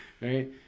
right